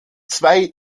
zwei